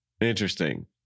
Interesting